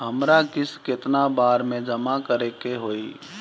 हमरा किस्त केतना बार में जमा करे के होई?